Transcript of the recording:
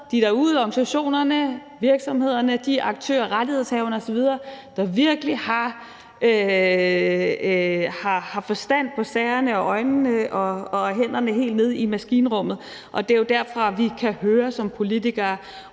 fra organisationerne, virksomhederne, aktørerne og rettighedshaverne osv., der virkelig har forstand på sagerne og har øjnene og hænderne helt nede i maskinrummet, og det er jo derfra, at vi som politikere